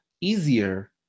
easier